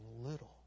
little